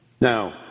Now